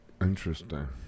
Interesting